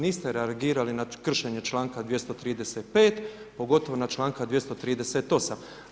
Niste reagirali na kršenje članka 235. pogotovo na članak 238.